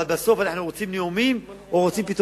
אבל בסוף אנחנו רוצים נאומים או פתרונות?